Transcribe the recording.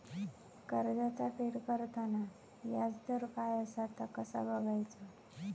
कर्जाचा फेड करताना याजदर काय असा ता कसा बगायचा?